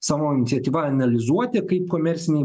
savo iniciatyva analizuoti kaip komerciniai